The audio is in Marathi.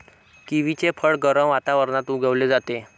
किवीचे फळ गरम वातावरणात उगवले जाते